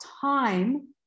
time